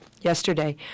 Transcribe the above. yesterday